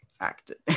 acted